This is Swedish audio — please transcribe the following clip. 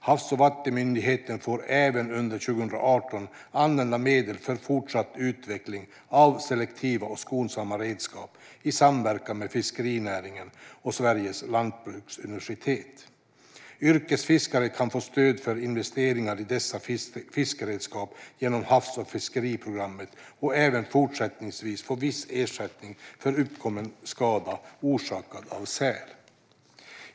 Havs och vattenmyndigheten får även under 2018 använda medel för fortsatt utveckling av selektiva och skonsamma redskap i samverkan med fiskerinäringen och Sveriges lantbruksuniversitet. Yrkesfiskare kan få stöd för investeringar i dessa fiskeredskap genom havs och fiskeriprogrammet och även fortsättningsvis få viss ersättning för uppkommen skada orsakad av säl.